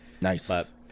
Nice